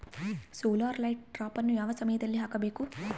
Solar light ಟ್ರಾಪನ್ನು ಯಾವ ಸಮಯದಲ್ಲಿ ಹಾಕಬೇಕು?